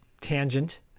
tangent